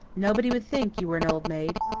nobody would think you were an old maid.